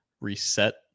reset